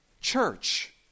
Church